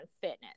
fitness